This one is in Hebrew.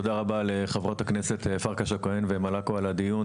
תודה רבה לחברות הכנסת פרקש הכהן ומלקו על הדיון,